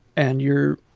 and you're